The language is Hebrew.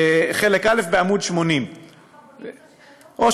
בחלק א', בעמוד 80. ככה בונים את השאלות.